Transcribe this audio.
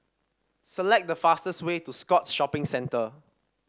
select the fastest way to Scotts Shopping Centre